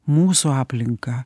mūsų aplinką